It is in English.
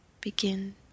begin